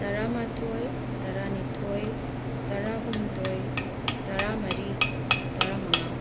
ꯇꯔꯥꯃꯥꯊꯣꯏ ꯇꯔꯥꯅꯤꯊꯣꯏ ꯇꯔꯥꯍꯨꯝꯗꯣꯏ ꯇꯔꯥꯃꯔꯤ ꯇꯔꯥꯃꯉꯥ